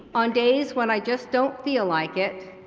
on days when i just don't feel like it,